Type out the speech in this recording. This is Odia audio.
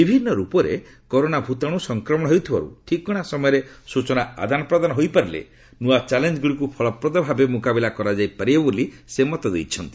ବିଭିନ୍ନ ରୂପରେ କରୋନା ଭୂତାଣୁ ସଂକ୍ରମଣ ହେଉଥିବାରୁ ଠିକଣା ସମୟରେ ସ୍ତଚନା ଆଦାନପ୍ରଦାନ ହୋଇପାରିଲେ ନୂଆ ଚ୍ୟାଲେଞ୍ଜ ଗୁଡ଼ିକୁ ଫଳପ୍ରଦ ଭାବେ ମୁକାବିଲା କରାଯାଇ ପାରିବ ବୋଲି ସେ ମତ ଦେଇଛନ୍ତି